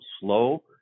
slow